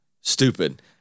stupid